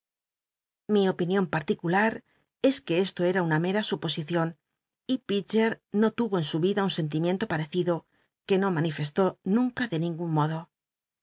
lli opinion particular es que esto era una mera suposicion y pidgcr no tuvo en su ida un sentimiento parecido que no manifestó nunc de ningun modo